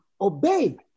obey